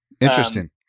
Interesting